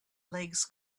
legs